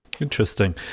Interesting